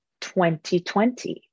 2020